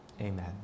Amen